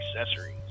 accessories